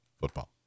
football